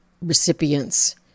recipients